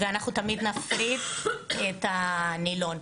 ואנחנו תמיד נפריד את הנילון,